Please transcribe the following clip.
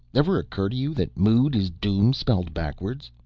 ever occur to you that mood is doom spelled backwards?